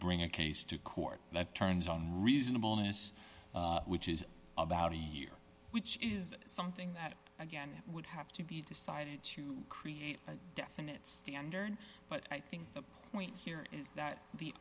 bring a case to court that turns on reasonable is which is about a year which is something that again would have to be decided to create a definite standard but i think the point here is that the